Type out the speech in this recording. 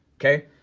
okay,